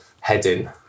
heading